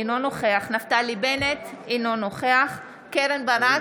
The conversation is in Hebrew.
אינו נוכח נפתלי בנט, אינו נוכח קרן ברק,